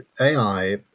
AI